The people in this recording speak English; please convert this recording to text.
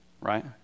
Right